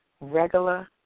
regular